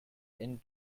and